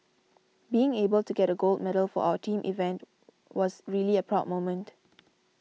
being able to get a gold medal for our team event was a really proud moment